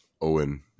owen